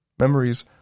Memories